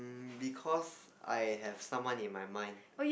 because I have someone in my mind